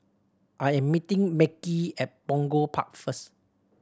I am meeting Mekhi at Punggol Park first